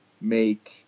make